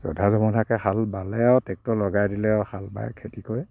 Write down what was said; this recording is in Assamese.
জধা নজধাকৈ হাল বালে আৰু ট্ৰেক্টৰ লগাই দিলে আৰু হাল বাই খেতি কৰে